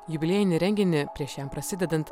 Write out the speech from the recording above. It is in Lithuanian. jubiliejinį renginį prieš jam prasidedant